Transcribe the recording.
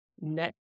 net